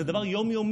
זה דבר יום-יומי.